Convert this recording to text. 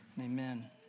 Amen